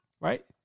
Right